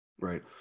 right